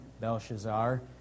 Belshazzar